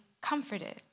comforted